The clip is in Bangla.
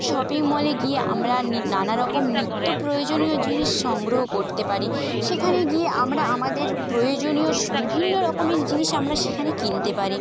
শপিং মলে গিয়ে আমরা নানা রকম নিত্য প্রয়োজনীয় জিনিস সংগ্রহ করতে পারি সেখানে গিয়ে আমরা আমাদের প্রয়োজনীয় বিভিন্ন রকমের জিনিস আমরা সেখানে কিনতে পারি